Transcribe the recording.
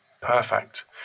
perfect